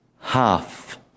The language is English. half